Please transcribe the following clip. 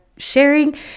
sharing